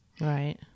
Right